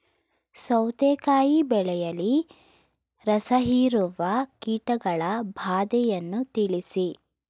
ಸೌತೆಕಾಯಿ ಬೆಳೆಯಲ್ಲಿ ರಸಹೀರುವ ಕೀಟಗಳ ಬಾಧೆಯನ್ನು ತಿಳಿಸಿ?